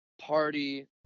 party